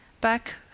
Back